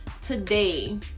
today